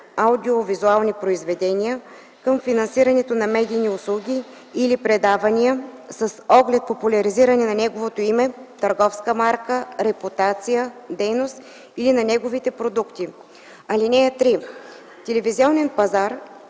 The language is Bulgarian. /аудио-визуални произведения, към финансирането на медийни услуги или предавания с оглед популяризиране на неговото име, търговска марка, репутация, дейност или на неговите продукти. (3) Телевизионен пазар